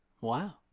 Wow